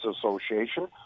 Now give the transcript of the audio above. Association